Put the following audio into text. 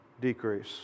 decrease